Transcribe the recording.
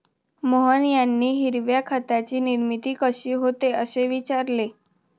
मोहन यांनी हिरव्या खताची निर्मिती कशी होते, असे विचारले